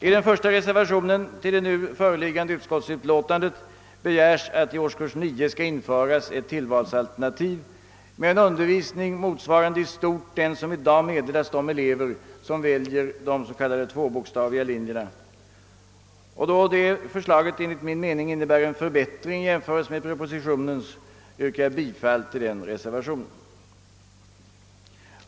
I reservationen 1 till det föreliggande utskottsutlåtandet begäres att det i årskurs 9 skall införas ett tillvalsalternativ med en undervisning motsvarandeistort den som i dag meddelas de elever som väljer tvåbokstaviga linjer, och då detta enligt min mening innebär en förbättring i jämförelse med propositionens förslag yrkar jag bifall till reservationen.